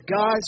guys